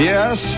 Yes